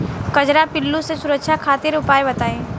कजरा पिल्लू से सुरक्षा खातिर उपाय बताई?